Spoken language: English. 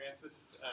Francis